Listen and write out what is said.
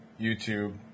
YouTube